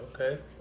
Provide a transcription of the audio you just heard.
Okay